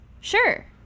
Sure